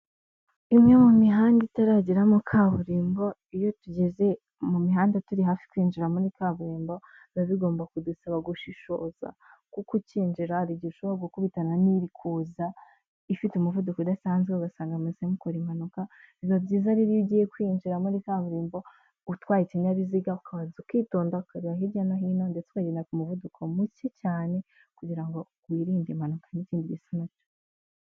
Imwe mu mihanda itarageramo kaburimbo iyo tugeze mu mihanda turi hafi kwinjira muri kaburimbo, biba bigomba kudusaba gushishoza kuko ukinjira hari igihe ushobora gukubitana n'irikuza ifite umuvuduko udasanzwe ugasanga muhise mukora impanuka. Biba byiza rero iyo ugiye kwinjira muri kaburimbo utwaye ikinyabiziga, ukabanza ukitonda ukareba hirya no hino, ndetse ukagendera ku muvuduko muke cyane kugira ngo wirinde impanuka n'ikindi gisa na cyo.